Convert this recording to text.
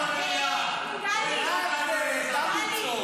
היה הרבה יותר טוב שלא היית פה.